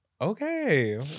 Okay